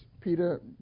Peter